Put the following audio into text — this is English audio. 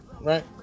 Right